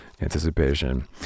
anticipation